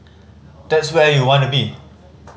that's where you'll want to be